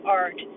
art